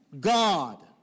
God